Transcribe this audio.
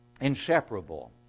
inseparable